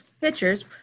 pictures